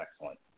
excellent